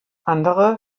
andere